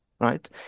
Right